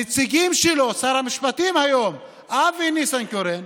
הנציג שלו, שר המשפטים היום אבי ניסנקורן,